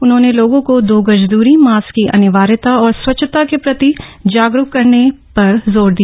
उन्होंने लोगों को दो गज द्री मास्क की अनिवार्यता और स्वच्छता के प्रति जागरूक करने पर जोर दिया